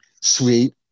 Sweet